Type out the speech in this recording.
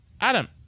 Adam